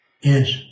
Yes